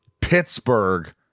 Pittsburgh